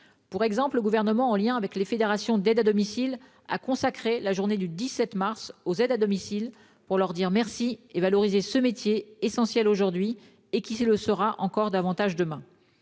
d'exemple, le Gouvernement, en lien avec les fédérations d'aide à domicile, a consacré la journée du 17 mars dernier aux aides à domicile, pour leur dire merci et valoriser ce métier, essentiel aujourd'hui, et qui le sera encore davantage demain.